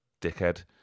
dickhead